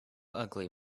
ugly